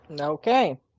Okay